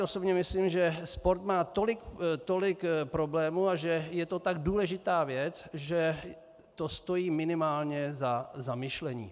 Osobně si myslím, že sport má tolik problémů a že je to tak důležitá věc, že to stojí minimálně za zamyšlení.